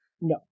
No